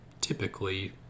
typically